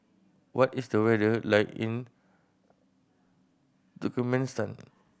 what is the weather like in Turkmenistan